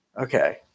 Okay